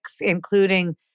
including